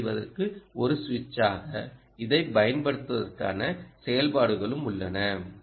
S செய்வதற்கு ஒரு சுவிட்சாக இதைப் பயன்படுத்துவதற்கான செயல்பாடுகளும் உள்ளன